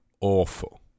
awful